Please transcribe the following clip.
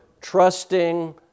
trusting